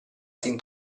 sin